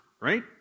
Right